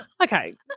okay